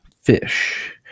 fish